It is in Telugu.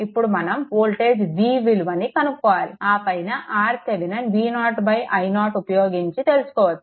ఇప్పుడు మనం వోల్టేజ్ v విలువను కనుక్కోవాలి ఆపైన RThevenin V0 i0 ఉపయోగించి తెలుసుకోవచ్చు